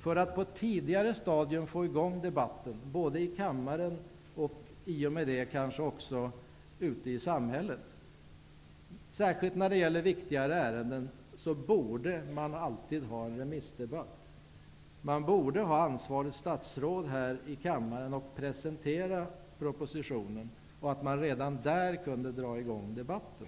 för att på ett tidigare stadium få i gång debatten både i kammaren och i och med det kanske också ute i samhället. Man borde alltid, särskilt när det gäller viktigare ärenden, ha en remissdebatt. Ansvarigt statsråd borde presentera propositionen i kammaren, och man borde redan där dra i gång debatten.